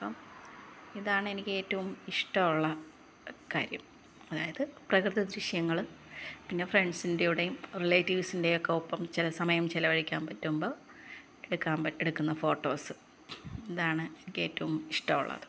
അപ്പം ഇതാണ് എനിക്ക് ഏറ്റവും ഇഷ്ടമുള്ള കാര്യം അതായത് പ്രകൃതി ദൃശ്യങ്ങൾ പിന്നെ ഫ്രണ്ട്സിൻ്റെ കൂടെയും റീലേറ്റീവ്സിന്റെ ഒക്കെ ഒപ്പം ചില സമയം ചിലവഴിക്കാന് പറ്റുമ്പം എടുക്കാന് പറ്റുന്ന എടുക്കുന്ന ഫോട്ടോസ് ഇതാണ് എനിക്ക് ഏറ്റവും ഇഷ്ടമുള്ളത്